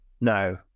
No